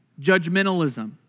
Judgmentalism